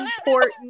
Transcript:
important